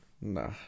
Nah